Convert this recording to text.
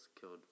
killed